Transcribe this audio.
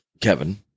kevin